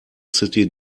city